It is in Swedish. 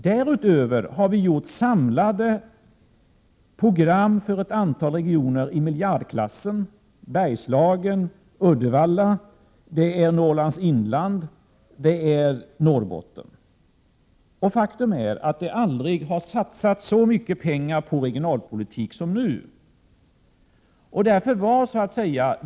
Därutöver har vi gjort samlade program i miljardklassen för ett antal regioner: Bergslagen, Uddevalla, Norrlands inland och Norrbotten. Faktum är att det aldrig har satsats så mycket pengar på regionalpolitik som nu.